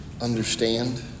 understand